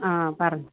ആ പറ